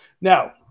Now